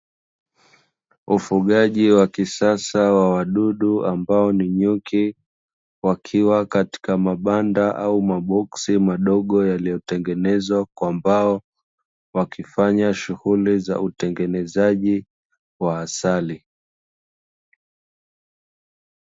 Ufugaji wa kisasa wa wadudu ambao ni nyuki, wakiwa katika mabanda au maboksi madogo yaliyotengenezwa kwa mbao, wakifanya shughuli za utengenezaji wa asali.